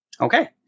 Okay